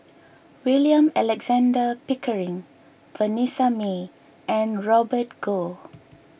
William Alexander Pickering Vanessa Mae and Robert Goh